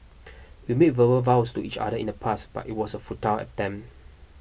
we made verbal vows to each other in the past but it was a futile attempt